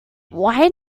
why